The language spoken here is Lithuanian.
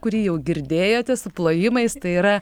kurį jau girdėjote su plojimais tai yra